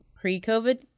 pre-COVID